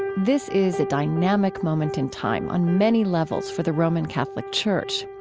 this is a dynamic moment in time on many levels for the roman catholic church.